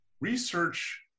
research